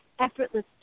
effortless